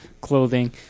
clothing